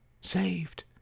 saved